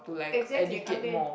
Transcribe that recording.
exactly I mean